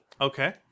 Okay